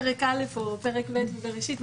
פרק א' או פרק ב' בבראשית,